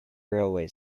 railway